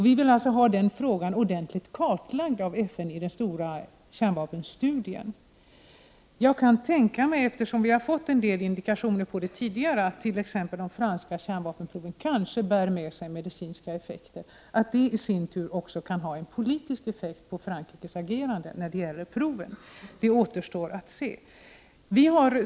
Vi vill ha den frågan ordentligt kartlagd av FN i den stora kärnvapenstudien. Eftersom vi har fått en del indikationer på detta tidigare, kan jag tänka mig att t.ex. de franska kärnvapenproven kanske bär med sig medicinska effekter. Om det i sin tur också kan ha en politisk effekt på Frankrikes agerande när det gäller proven återstår att se.